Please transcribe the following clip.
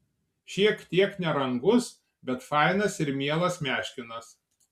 šiek tiek nerangus bet fainas ir mielas meškinas